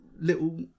little